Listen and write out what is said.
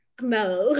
no